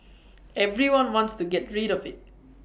everyone wants to get rid of IT